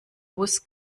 bus